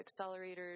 accelerators